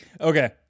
okay